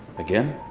again?